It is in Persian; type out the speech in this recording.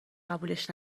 قبولش